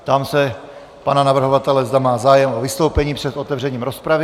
Ptám se pana navrhovatele, zda má zájem o vystoupení před otevřením rozpravy.